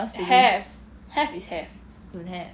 have have is have